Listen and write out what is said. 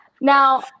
Now